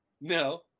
No